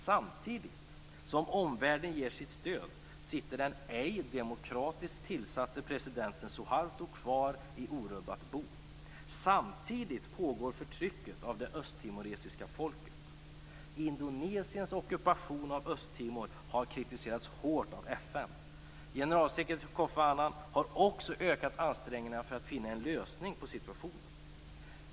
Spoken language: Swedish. Samtidigt som omvärlden ger sitt stöd sitter den ej demokratiskt tillsatte presidenten Suharto kvar i orubbat bo. Samtidigt pågår förtrycket av det östtimoresiska folket. Indonesiens ockupation av Östtimor har kritiserats hårt av FN. Generalsekreterare Kofi Annan har också ökat ansträngningarna för att finna en lösning av situationen.